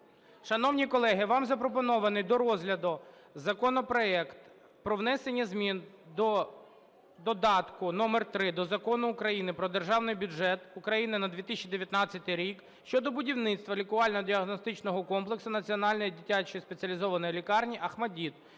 Шановні колеги, вам запропонований до розгляду законопроект про внесення змін до додатка № 3 до Закону України "Про Державний бюджет України на 2019 рік" щодо будівництва лікувально-діагностичного комплексу Національної дитячої спеціалізованої лікарні "ОХМАТДИТ"